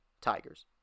tigers